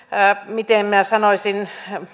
miten minä sanoisin